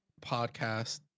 podcast